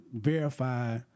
verify